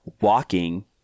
walking